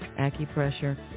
acupressure